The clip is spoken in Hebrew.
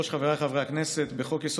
חבריי חברי הכנסת, אנחנו מחדשים את דיוני המליאה.